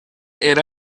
era